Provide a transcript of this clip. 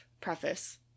Preface